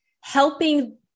helping